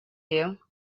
you